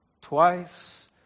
twice